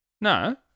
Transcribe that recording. No